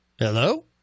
Hello